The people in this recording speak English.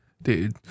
Dude